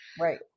right